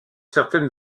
certaines